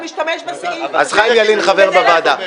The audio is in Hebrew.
אתה משתמש בסעיף הזה כדי --- אז חיים ילין חבר בוועדה.